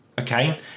okay